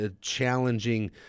challenging